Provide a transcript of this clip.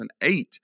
2008